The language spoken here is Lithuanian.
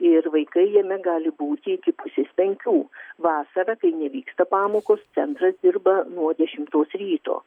ir vaikai jame gali būti iki pusės penkių vasarą kai nevyksta pamokos centras dirba nuo dešimtos ryto